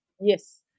Yes